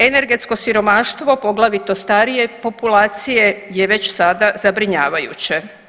Energetsko siromaštvo, poglavito starije populacije je već sada zabrinjavajuće.